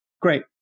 Great